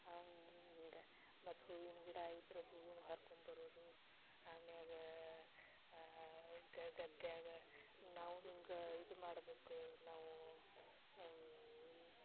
ಹಂಗೇ ಮತ್ತೆ ಹೂವಿನ ಗಿಡ ಇದ್ದರೂ ಹೂವುನ ಹರ್ಕೊಂಡು ಬರೋದು ಅಮ್ಯಾಗ ಗದ್ದೆಯಾಗ ನಾವು ನಿಮ್ಗೆ ಇದು ಮಾಡಬೇಕು ನಾವು